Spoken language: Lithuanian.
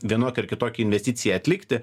vienokią ar kitokią investiciją atlikti